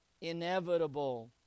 inevitable